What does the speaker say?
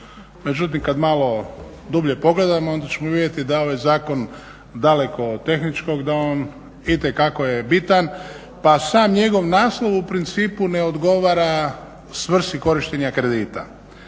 međutim kad malo dublje pogledamo onda ćemo vidjeti da je ovaj zakon daleko od tehničkog, da on itekako je bitan pa sam njegov naslov u principu ne odgovara svrsi korištenja kredita,